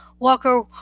Walker